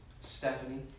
Stephanie